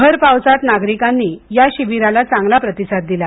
भर पावसात नागरिकांनी या शिबिराला चांगला प्रतिसाद दिला